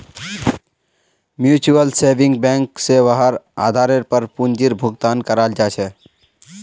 mutual saving bank स वहार आधारेर पर पूंजीर भुगतान कराल जा छेक